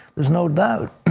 is no doubt.